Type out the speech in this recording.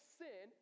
sin